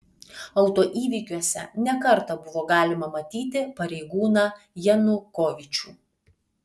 autoįvykiuose ne kartą buvo galima matyti pareigūną janukovyčių